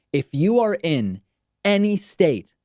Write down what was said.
if you are in any state,